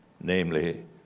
namely